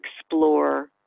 explore